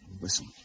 Listen